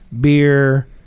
beer